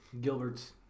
Gilbert's